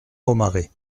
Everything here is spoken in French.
pomarez